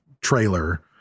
trailer